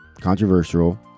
controversial